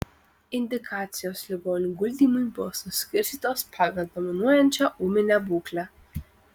indikacijos ligonių guldymui buvo suskirstytos pagal dominuojančią ūminę būklę